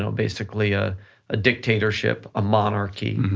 so basically ah a dictatorship, a monarchy,